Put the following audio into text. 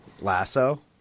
Lasso